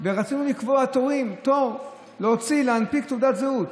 רצינו לקבוע תור להוציא, להנפיק תעודת זהות.